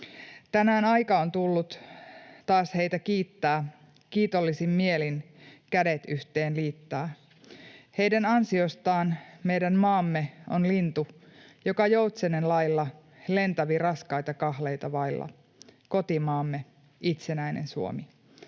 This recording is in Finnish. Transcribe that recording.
Tänään aika on tullut taas heitä kiittää kiitollisin mielin kädet yhteen liittää. Heidän ansiostaan meidän maamme on lintu, joka joutsenen lailla lentävi raskaita kahleita vailla. Kotimaamme itsenäinen Suomi.